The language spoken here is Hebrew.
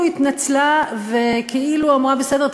כאילו התנצלה וכאילו אמרה: בסדר,